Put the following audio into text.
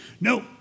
no